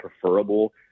preferable